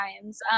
times